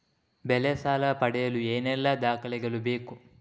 ಬೆಳೆ ಸಾಲ ಪಡೆಯಲು ಏನೆಲ್ಲಾ ದಾಖಲೆಗಳು ಬೇಕು?